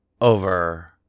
over